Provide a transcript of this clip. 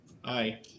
Hi